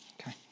Okay